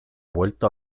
vuelto